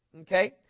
Okay